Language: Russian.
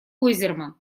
ойзерман